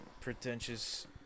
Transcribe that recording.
pretentious